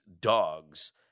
dogs